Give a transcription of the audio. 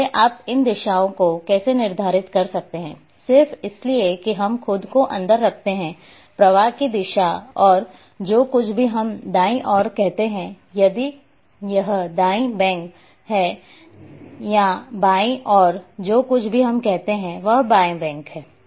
इसलिए आप इन दिशाओं को कैसे निर्धारित कर सकते हैं सिर्फ इसलिए कि हम खुद को अंदर रखते हैं प्रवाह की दिशा और जो कुछ भी हम दाईं ओर कहते हैं यह दाईं बैंक है और बाईं ओर जो कुछ भी हम कहते हैं वह बाएं बैंक है